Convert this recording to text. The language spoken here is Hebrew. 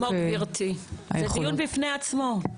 גברתי, זה דיון בפני עצמו,